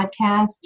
podcast